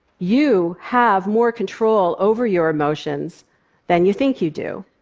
you have more control over your emotions than you think you do.